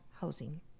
housing